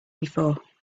before